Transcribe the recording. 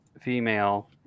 female